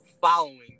following